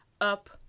up